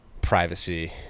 privacy